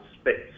space